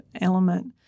element